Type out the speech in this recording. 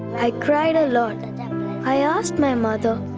i cried a lot. and um i asked my mother,